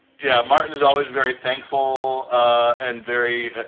yeah, martin is always very thankful and very.